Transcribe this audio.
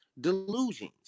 delusions